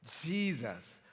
Jesus